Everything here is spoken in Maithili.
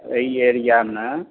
अइ एरियामे